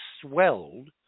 swelled